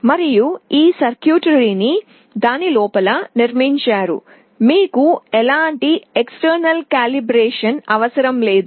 మరియు ఈ సర్క్యూట్రీని దాని లోపల నిర్మించారుమీకు ఎలాంటి బాహ్యక్రమాంకనం అవసరం లేదు